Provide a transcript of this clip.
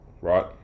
right